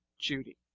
judy